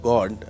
God